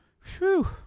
phew